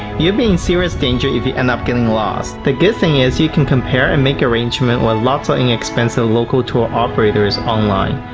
you'll be in serious danger if you end up getting lost. the good thing is, you can compare and make arrangement with lots of inexpensive local tour operators online.